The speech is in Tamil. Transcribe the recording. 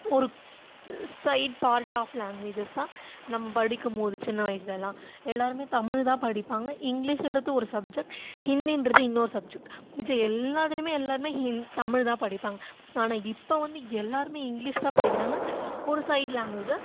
ஒரு சைட் பார்ட் ஆஃப் லாங்குவேஜஸ் தான் நம்ம படிக்கும்போது சின்ன வயசிலெல்லாம் எல்லாேருமே தமிழ்தான் படிப்பாங்க இங்கிலீஷுங்றது ஒரு சப்ஜெக்ட் ஹிந்திங்றது இன்னொரு சப்ஜெக்ட் மிச்ச எல்லாத்துலேயுமே எல்லாேருமே ஹிந் தமிழ்தான் படிப்பாங்க ஆனால் இப்போ வந்து எல்லாேருமே இங்கிலீஷ் தான் படிக்கிறாங்க ஒரு சைட் லாங்குவேஜாக